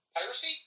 piracy